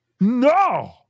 No